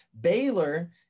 Baylor